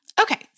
Okay